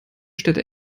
städte